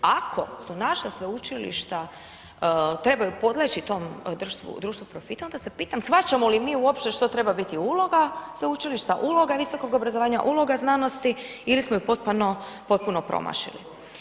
Ako su naša sveučilišta trebaju podleći tom društvu profita, onda se pitam shvaćamo li mi uopće što treba biti uloga sveučilišta, uloga visokog obrazovanja, uloga znanosti ili smo ju potpuno promašili.